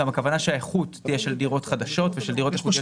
גם הכוונה היא שהאיכות תהיה של דירות חדשות ושל דירות איכותיות.